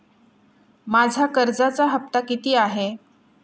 माझा कर्जाचा हफ्ता किती आहे?